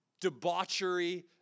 debauchery